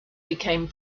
became